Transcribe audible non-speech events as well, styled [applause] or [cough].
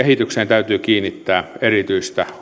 täytyy kiinnittää erityistä [unintelligible]